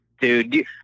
Dude